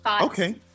Okay